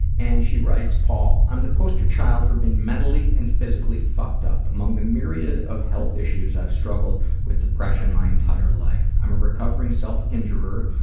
and she writes, paul, i'm the poster child for being mentally and physically fucked up. among the myriad of health issues, i've struggled with depression my entire life. i'm a recovering self-injurer,